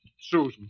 Susan